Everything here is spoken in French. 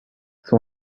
son